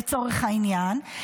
לצורך העניין,